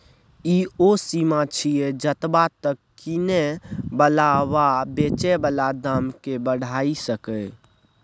ई ओ सीमा छिये जतबा तक किने बला वा बेचे बला दाम केय बढ़ाई सकेए